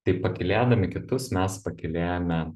taip pakylėdami kitus mes pakylėjame